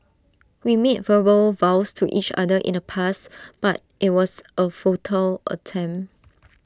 we made verbal vows to each other in the past but IT was A futile attempt